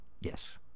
yes